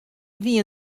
wie